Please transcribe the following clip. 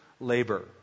labor